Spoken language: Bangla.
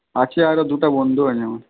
আছে আরও দুটা বন্ধু আছে আমার